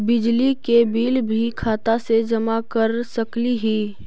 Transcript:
बिजली के बिल भी खाता से जमा कर सकली ही?